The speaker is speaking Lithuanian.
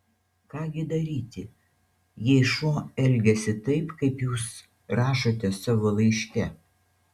ką gi daryti jei šuo elgiasi taip kaip jūs rašote savo laiške